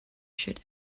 should